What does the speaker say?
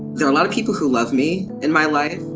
there are a lot of people who love me in my life.